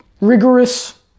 rigorous